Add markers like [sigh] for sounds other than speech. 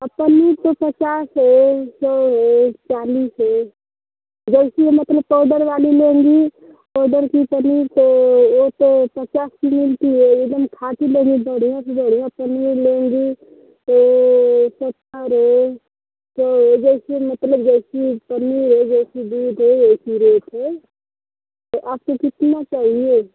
पनीर तो पचास है सौ है चालीस है जैसी है मतलब पाउडर वाली लेंगी पाउडर की पनीर तो ओ तो पचास की मिलती है एकदम [unintelligible] बढ़िया पनीर लेंगी तो सत्तर है तो देखिए मतलब जैसी पनीर है जैसी दूध है वैसी रेट है तो आपको कितना चाहिए